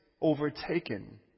overtaken